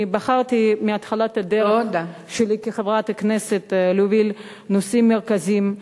אני בחרתי בהתחלת הדרך שלי כחברת הכנסת להוביל נושאים מרכזיים,